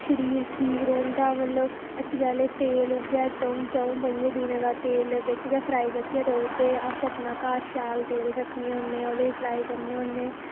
शरीर ठीक रौहंदा मतलब हट्टिया आह्ले उ'ऐ द'ऊं चऊं दिनें दा तेल मतलब उ'ऐ ओह्दे च गै फ्राई करियै देई ओड़दे ते अपने घर शैल तेल रक्खने होने ओह्दे च फ्राई करने होने